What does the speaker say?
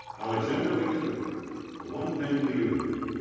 alexander liu. huanpeng liu.